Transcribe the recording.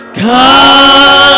come